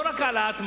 ולא רק העלאת מס,